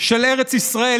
של ארץ ישראל,